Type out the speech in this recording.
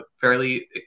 fairly